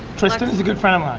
tristin is a good friend of mine.